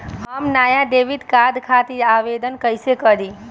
हम नया debit card खातिर आवेदन कईसे करी?